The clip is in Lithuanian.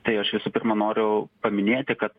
tai aš visų pirma noriu paminėti kad